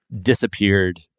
disappeared